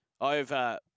over